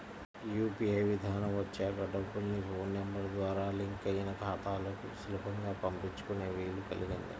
UPI విధానం వచ్చాక డబ్బుల్ని ఫోన్ నెంబర్ ద్వారా లింక్ అయిన ఖాతాలకు సులభంగా పంపించుకునే వీలు కల్గింది